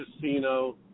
casino